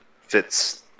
fits